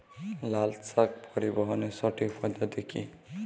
লালশাক পরিবহনের সঠিক পদ্ধতি কি?